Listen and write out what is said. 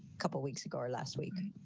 couple weeks ago or last week.